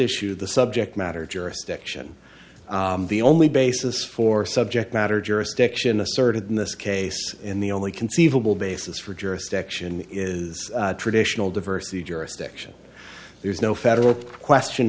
issue the subject matter jurisdiction the only basis for subject matter jurisdiction asserted in this case in the only conceivable basis for jurisdiction is traditional diversity jurisdiction there is no federal question